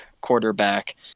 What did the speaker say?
quarterback